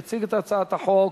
יציג את הצעת החוק